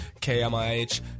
KMIH